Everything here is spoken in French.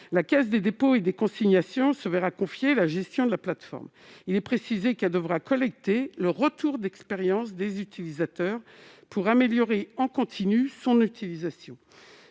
La Caisse des dépôts et consignations se verra confier la gestion de la plateforme. Il est précisé qu'elle devra collecter le retour d'expérience des utilisateurs pour améliorer en continu son utilisation.